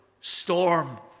storm